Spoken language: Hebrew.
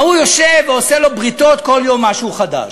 ההוא יושב ועושה לו בריתות, כל יום משהו חדש.